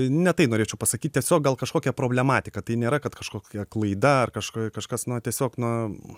ne tai norėčiau pasakyt tiesiog gal kažkokią problematiką tai nėra kad kažkokia klaida ar kažka na tiesiog na